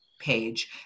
page